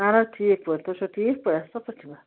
اوا ٹھیٖک پٲٹھۍ تُہۍ چھُوا ٹھیٖک پٲٹھۍ اصل پٲٹھۍ چھُوا